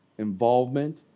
Involvement